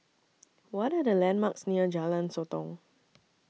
What Are The landmarks near Jalan Sotong